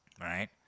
right